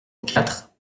quatre